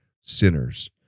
sinners